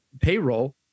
payroll